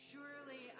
Surely